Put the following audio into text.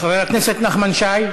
חבר הכנסת נחמן שי.